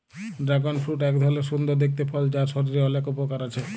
dragon fruit এক ধরলের সুন্দর দেখতে ফল যার শরীরের অলেক উপকার আছে